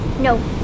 no